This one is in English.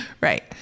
Right